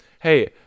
hey